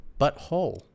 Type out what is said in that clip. Butthole